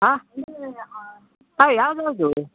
ಆಂ ಹಾಂ ಯಾವ್ದು ಯಾವ್ದು